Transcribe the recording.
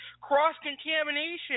Cross-contamination